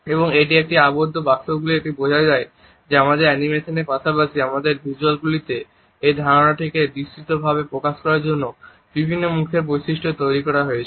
এবং এটি এই আবদ্ধ বাক্সগুলির একটি বোঝা যে আমাদের অ্যানিমেশনের পাশাপাশি আমাদের ভিজ্যুয়ালগুলিতে এই ধারণাটিকে দৃশ্যতভাবে প্রকাশ করার জন্য বিভিন্ন মুখের বৈশিষ্ট্যগুলি তৈরি করা হয়েছে